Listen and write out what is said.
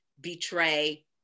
betray